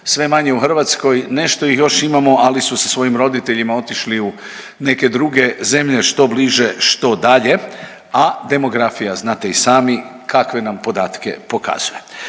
sve manje u Hrvatskoj. Nešto ih još imamo ali su sa svojim roditeljima otišli u neke druge zemlje što bliže, što dalje, a demografija znate i sami kakve nam podatke pokazuje.